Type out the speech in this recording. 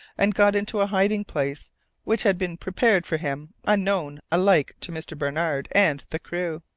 and got into a hiding-place which had been prepared for him unknown alike to mr. barnard and the crew.